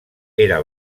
era